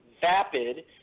vapid